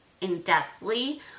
in-depthly